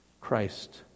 Christ